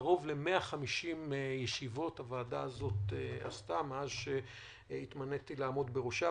קרוב ל-150 ישיבות קיימה הוועדה הזאת מאז שהתמניתי לעמוד בראשה.